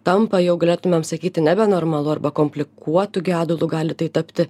tampa jau galėtumėm sakyti nebenormalu arba komplikuotu gedulu gali tai tapti